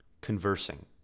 conversing